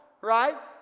right